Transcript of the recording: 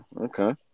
okay